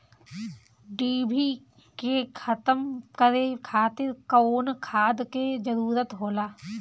डिभी के खत्म करे खातीर कउन खाद के जरूरत होला?